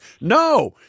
No